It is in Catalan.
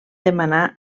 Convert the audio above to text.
demanar